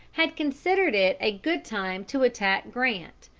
had considered it a good time to attack grant,